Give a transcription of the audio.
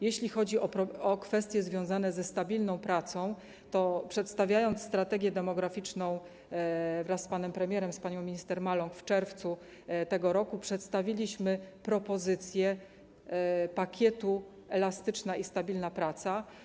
Jeśli chodzi o kwestie związane ze stabilną pracą, to przedstawiając strategię demograficzną wraz z panem premierem, z panią minister Maląg, w czerwcu tego roku przedstawiliśmy propozycję pakietu: elastyczna i stabilna praca.